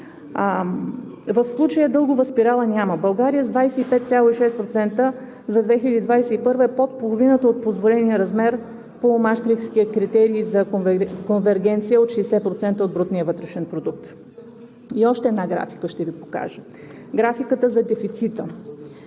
В случая дългова спирала няма. България е с 25,6% за 2021 г. под половината от позволения размер по Маастрихтския критерий за конвергенция от 60% от брутния вътрешен продукт. И още една графика ще Ви покажа – графиката за дефицита,